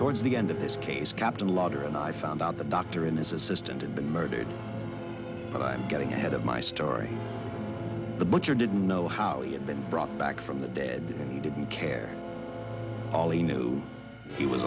towards the end of this case captain lauder and i found out the doctor and his assistant had been murdered but i'm getting ahead of my story the butcher didn't know how he had been brought back from the dead and he didn't care all he knew he was